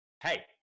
hey